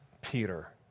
Peter